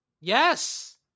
Yes